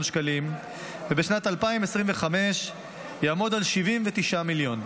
שקלים ובשנת 2025 יעמוד על 79 מיליון.